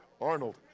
Arnold